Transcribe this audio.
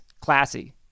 classy